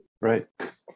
Right